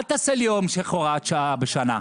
אל תעשי המשך הוראת שעה בשנה,